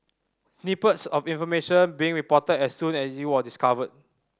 snippets of information being reported as soon as it was discovered